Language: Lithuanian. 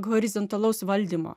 horizontalaus valdymo